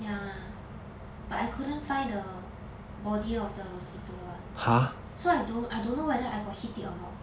ya but I couldn't find the body of the mosquito lah so I don't I don't know whether I got hit it or not